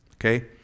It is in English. Okay